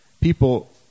people